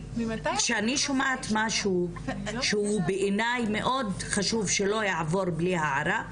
כשאני שומעת משהו שבעיניי מאוד חשוב שהוא לא יעבור בלי הערה,